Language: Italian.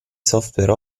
software